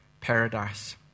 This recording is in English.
paradise